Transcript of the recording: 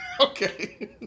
Okay